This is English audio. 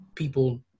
People